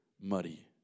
muddy